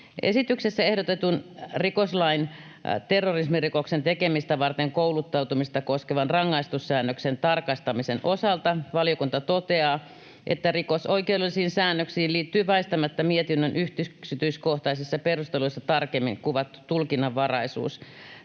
Esityksessä ehdotetun rikoslain terrorismirikoksen tekemistä varten kouluttautumista koskevan rangaistussäännöksen tarkastamisen osalta valiokunta toteaa, että rikosoikeudellisiin säännöksiin liittyy väistämättä mietinnön yksityiskohtaisissa perusteluissa tarkemmin kuvattu tulkinnanvaraisuus.